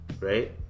Right